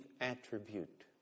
attribute